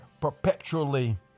perpetually